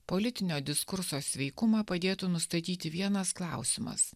politinio diskurso sveikumą padėtų nustatyti vienas klausimas